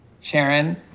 Sharon